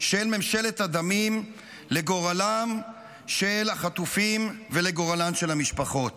של ממשלת הדמים לגורלם של החטופים ולגורלן של המשפחות.